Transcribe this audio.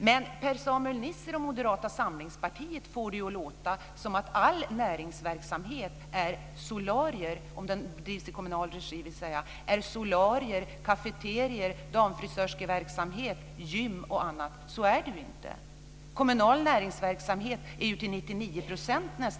Men Per-Samuel Nisser och Moderata samlingspartiet får det att låta som att all näringsverksamhet - om den drivs i kommunal regi - är solarier, cafeterior, frisörverksamhet, gym och annat. Så är det ju inte.